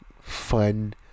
fun